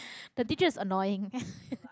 the teacher is annoying